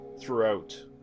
throughout